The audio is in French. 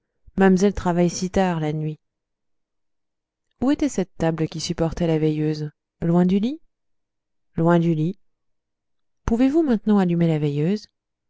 mam'zelle travaille si tard la nuit où était cette table qui supportait la veilleuse loin du lit loin du lit pouvez-vous maintenant allumer la veilleuse